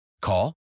Call